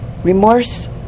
Remorse